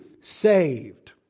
saved